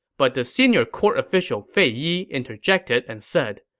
but the senior court official fei yi interjected and said,